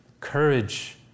Courage